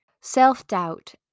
Self-doubt